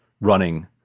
running